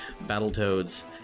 Battletoads